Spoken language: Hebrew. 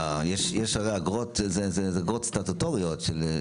יש אגרות שזה אגרות סטטוטוריות של,